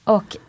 Och